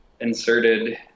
inserted